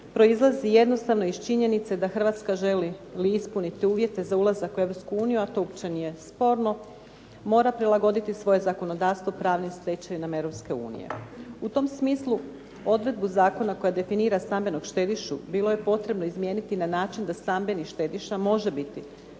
proizlazi jednostavno iz činjenice da Hrvatska želi li ispuniti uvjete za ulazak u EU, a to uopće nije sporno, mora prilagoditi svoje zakonodavstvo pravnim stečevinama EU. U tom smislu odredbu zakona koja definira stambenog štedišu bilo je potrebno izmijeniti na način da stambeni štediša može biti